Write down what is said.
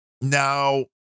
Now